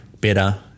better